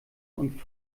und